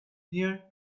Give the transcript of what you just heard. near